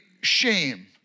shame